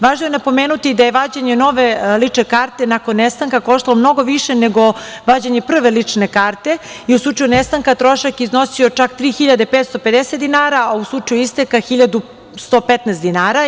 Važno je napomenuti da je vađenje nove lične karte nakon nestanka koštalo mnogo više nego vađenje prve lične karte i u slučaju nestanka trošak je iznosio čak 3.550 dinara, a u slučaju isteka 1.115 dinara.